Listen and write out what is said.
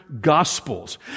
Gospels